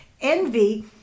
envy